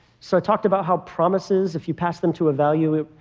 so i talked about how promises, if you pass them to a value,